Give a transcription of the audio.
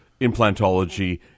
implantology